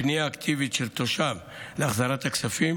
פנייה אקטיבית של תושב להחזרת הכספים.